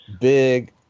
big